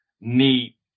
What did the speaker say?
neat